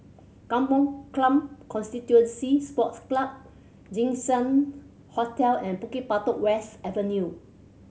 Kampong Glam Constituency Sports Club Jinshan Hotel and Bukit Batok West Avenue